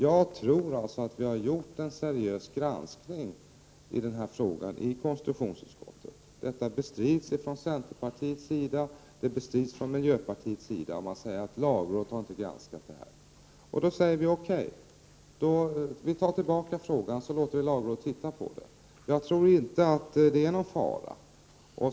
Jag tror alltså att vi har gjort en seriös granskning i den här frågan i konstitutionsutskottet. Detta bestrids från centerpartiet och miljöpartiet. Man säger att lagrådet inte har granskat detta. Vi säger: Okej, vi tar tillbaka frågan och låter lagrådet titta på den. Jag tror inte att det är någon fara.